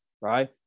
right